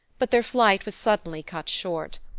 but their flight was suddenly cut short.